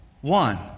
one